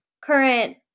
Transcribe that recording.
current